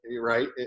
right